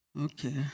Okay